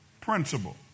principle